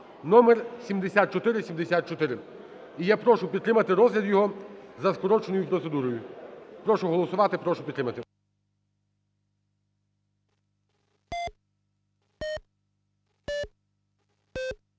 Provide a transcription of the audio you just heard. (№ 7474). І я прошу підтримати розгляд його за скороченою процедурою. Прошу проголосувати Прошу підтримати.